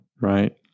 right